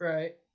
Right